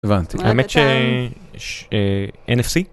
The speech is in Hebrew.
הבנתי. האמת שאן-אף-סי.